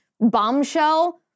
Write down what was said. bombshell